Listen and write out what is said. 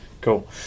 Cool